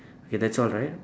okay that's all right